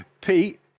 Pete